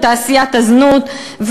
בתעשיית הזנות,